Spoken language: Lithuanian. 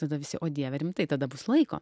tada visi o dieve rimtai tada bus laiko